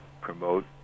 promote